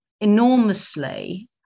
enormously